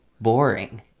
boring